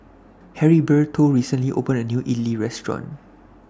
Heriberto recently opened A New Idili Restaurant